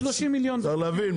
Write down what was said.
אפשר להבין,